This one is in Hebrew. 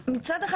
אחד,